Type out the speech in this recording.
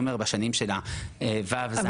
בכיתות ו'-ט'.